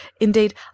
indeed